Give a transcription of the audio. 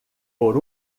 por